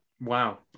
Wow